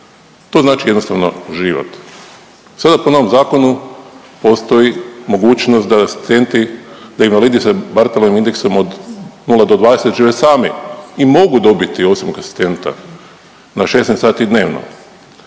to znači jednostavno život. Sada po novom zakonu postoji mogućnost da asistenti, da invalidi sa barthelovim indeksom od 0 do 20 žive sami i mogu dobiti osobnog asistenta na 16 sati dnevno.